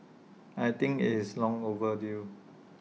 I think it's long overdue